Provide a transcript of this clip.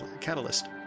catalyst